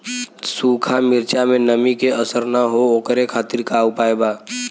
सूखा मिर्चा में नमी के असर न हो ओकरे खातीर का उपाय बा?